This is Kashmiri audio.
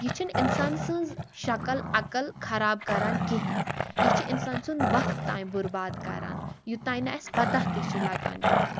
یہِ چھُنہٕ اِنسان سٕنٛز شکل عقل خراب کَران کہیٖنۍ یہِ چھُ اِنسان سُنٛد وقت تانۍ بُرباد کَران یوٚتانۍ نہٕ اسہِ پَتہ تہِ چھِ لَگان کہیٖنۍ